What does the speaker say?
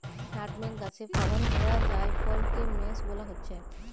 nutmeg গাছে ফলন হোয়া জায়ফলকে মেস বোলা হচ্ছে